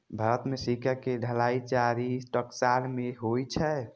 भारत मे सिक्का के ढलाइ चारि टकसाल मे होइ छै